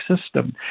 system